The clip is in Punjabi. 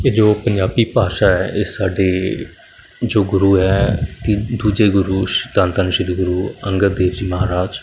ਇਹ ਜੋ ਪੰਜਾਬੀ ਭਾਸ਼ਾ ਹੈ ਇਹ ਸਾਡੇ ਜੋ ਗੁਰੂ ਹੈ ਤੀਜੇ ਦੂਜੇ ਗੁਰੂ ਧੰਨ ਧੰਨ ਸ਼੍ਰੀ ਗੁਰੂ ਅੰਗਦ ਦੇਵ ਜੀ ਮਹਾਰਾਜ